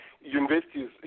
universities